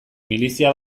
milizia